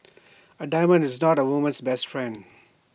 A diamond is not A woman's best friend